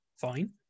fine